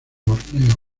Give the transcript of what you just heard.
borneo